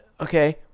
Okay